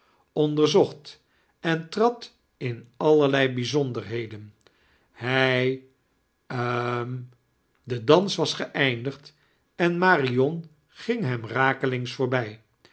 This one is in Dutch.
onderzocht en trad in allerlei bijzonderheden hij hm de dans was geeindigd en marion ging hem rakelings voorbij